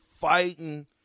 fighting